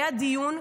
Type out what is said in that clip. היה דיון,